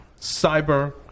cyber